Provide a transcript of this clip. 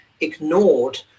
ignored